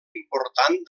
important